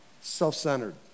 Self-centered